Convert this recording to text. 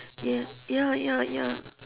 ya ya ya ya